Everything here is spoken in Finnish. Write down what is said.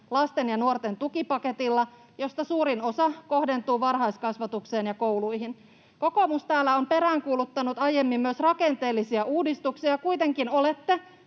lasten ja nuorten tukipaketilla, josta suurin osa kohdentuu varhaiskasvatukseen ja kouluihin. Kokoomus täällä on peräänkuuluttanut aiemmin myös rakenteellisia uudistuksia, ja kuitenkin olette